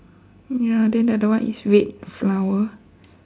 ya then the other one is red flower